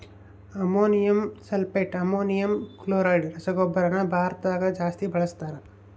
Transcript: ammonium sulphate, ammonium chloride ರಸಗೊಬ್ಬರನ ಭಾರತದಗ ಜಾಸ್ತಿ ಬಳಸ್ತಾರ